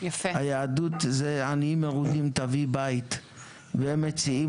היהדות זה עֲנִיִּים מְרוּדִים תָּבִיא בָיִת והם מציעים